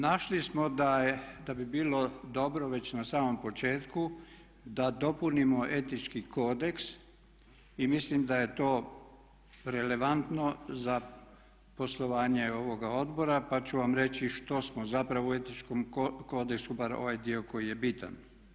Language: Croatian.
Našli smo da bi bilo dobro već na samom početku da dopunimo etički kodeks i mislim da je to relevantno za poslovanje ovoga odbora, pa ću vam reći što smo zapravo u etičkom kodeksu bar ovaj dio koji je bitan.